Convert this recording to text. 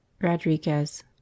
Rodriguez